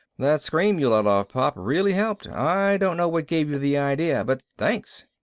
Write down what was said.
that scream you let off, pop, really helped. i don't know what gave you the idea, but thanks.